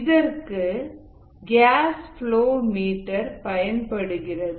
இதற்கு gas flow meter பயன்படுகிறது